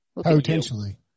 Potentially